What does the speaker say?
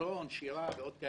תיאטרון, שירה ועוד כהנה וכהנה.